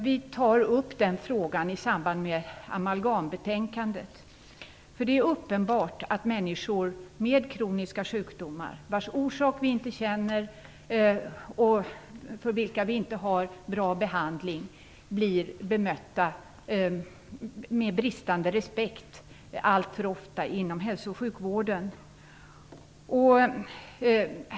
Vi tar upp den frågan i samband med amalgambetänkandet. Det är ju uppenbart att människor med kroniska sjukdomar, vars orsak vi inte känner till och för vilka vi inte har en bra behandling, alltför ofta blir bemötta med bristande respekt inom hälso och sjukvården.